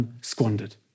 squandered